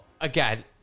again